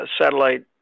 satellite